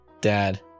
Dad